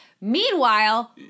Meanwhile